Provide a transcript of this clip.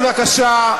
בבקשה,